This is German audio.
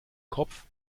kopf